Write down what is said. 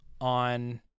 on